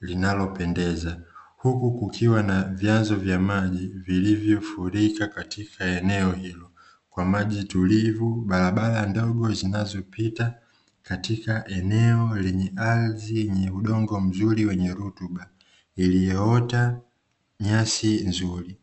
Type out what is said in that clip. linalopendeza, huku kukiwa na vyanzo vya maji vilivyofurika katika eneo hilo, kwa maji tulivu barabara ndogo zinazopita katika eneo lenye ardhi yenye udongo mzuri wenye rutuba, iliyoota nyasi nzuri.